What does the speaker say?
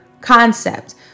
concept